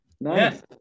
Nice